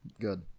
good